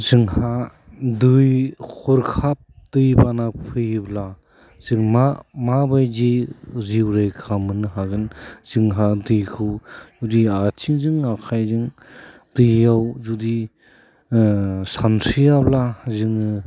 जोंहा दै हरखाब दैबाना फैयोब्ला जों मा माबायदि जिउ रैखा मोननो हागोन जोंहा दैखौ जुदि आथिंजों आखाइजों दैयाव जुदि सानस्रियाब्ला जोङो